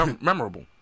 Memorable